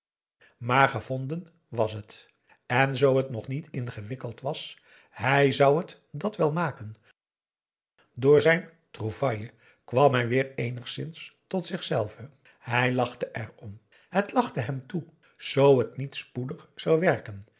maar gevonden was het en zoo het nog niet ingewikkeld was hij zou het dat wel maken door zijn trouvaille kwam hij weer eenigszins tot zichzelven hij lachte erom het lachte hem toe zoo het niet spoedig zou werken